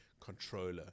controller